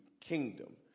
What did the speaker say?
kingdom